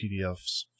pdfs